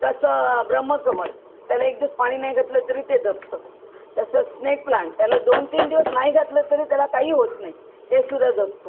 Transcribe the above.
तसं ब्रह्मकमळ त्याला एक दिवस पाणी नाही घातलं तरी ते जगतं तसं स्नेक प्लांट त्याला दोनतीन दिवस नाही घातलं तरी त्याला काही होत नाही तेसुद्धा जगतं